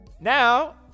Now